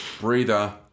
breather